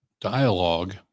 dialogue